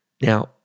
Now